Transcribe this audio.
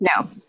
No